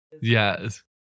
Yes